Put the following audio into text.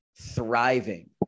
thriving